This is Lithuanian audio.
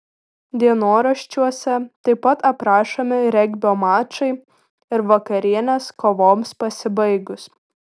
dienoraščiuose taip pat aprašomi regbio mačai ir vakarienės kovoms pasibaigus